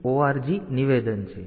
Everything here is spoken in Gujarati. તેથી આ ORG નિવેદન છે